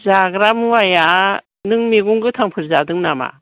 जाग्रा मुवाया नों मैगं गोथांफोर जादों नामा